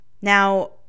Now